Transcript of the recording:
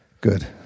good